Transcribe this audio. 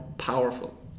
powerful